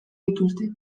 dituzte